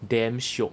damn shiok